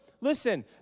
Listen